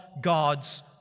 God's